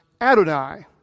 Adonai